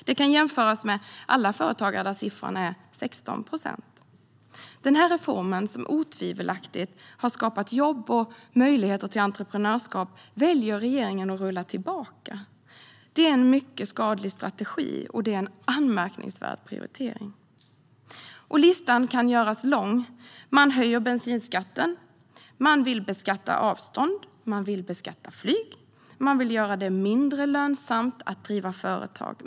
Det kan jämföras med alla företagare, där siffran är 16 procent. Denna reform, som otvivelaktigt har skapat jobb och möjligheter till entreprenörskap, väljer regeringen att rulla tillbaka. Det är en mycket skadlig strategi, och det är en anmärkningsvärd prioritering. Listan kan göras lång. Man höjer bensinskatten. Man vill beskatta avstånd. Man vill beskatta flyg. Man vill göra det mindre lönsamt att driva företag.